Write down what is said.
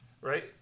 Right